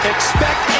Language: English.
Expect